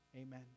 Amen